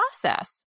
process